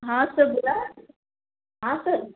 हां सर बोला हां सर